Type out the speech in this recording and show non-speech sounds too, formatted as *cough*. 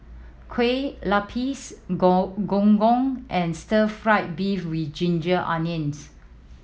Kueh Lapis *unintelligible* Gong Gong and Stir Fry beef with ginger onions